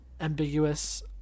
ambiguous